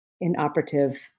inoperative